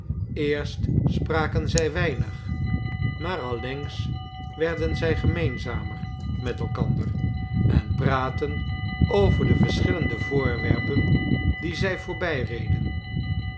eerst spraken zij weinig maar allengs werden zij gemeenzamer met elkander en praatten over de verschillende voorwerpen die zij